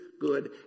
good